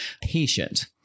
patient